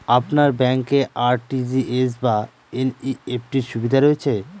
আপনার ব্যাংকে আর.টি.জি.এস বা এন.ই.এফ.টি র সুবিধা রয়েছে?